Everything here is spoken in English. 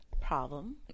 problem